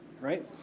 right